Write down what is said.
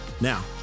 Now